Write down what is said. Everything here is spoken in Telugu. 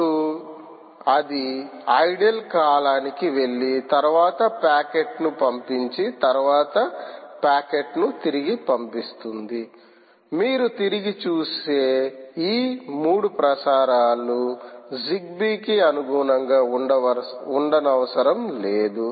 అప్పుడు అది ఐడిల్ కాలానికి వెళ్లి తరువాత ప్యాకెట్ను పంపించి తరువాత ప్యాకెట్ను తిరిగి పంపిస్తుంది మీరు తిరిగి చూసే ఈ మూడు ప్రసారాలు జిగ్బీ కి అనుగుణంగా ఉండనవసరం లేదు